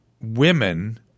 women